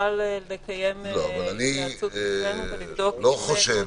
נוכל לקיים התייעצות אצלנו ולבדוק --- אני לא חושב,